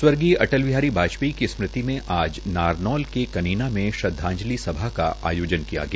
स्वर्गीय अटल बिहारी वाजपेयी की स्मृति में आज नारनौल के कनीना में श्रदवाजंलि सभा का आयोजन किया गया